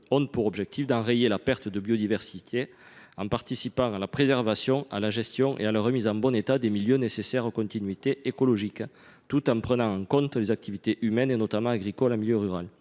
ont pour objectif d’enrayer la perte de biodiversité en participant à la préservation, à la gestion et à la remise en bon état des milieux nécessaires aux continuités écologiques, tout en prenant en compte les activités humaines, et notamment agricoles, en milieu